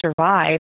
survive